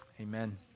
Amen